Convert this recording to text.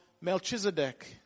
Melchizedek